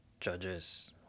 judges